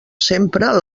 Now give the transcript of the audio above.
sempre